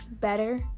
better